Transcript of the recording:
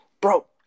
Bro